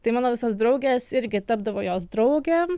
tai mano visos draugės irgi tapdavo jos draugėm